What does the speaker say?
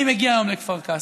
אני מגיע היום לכפר קאסם,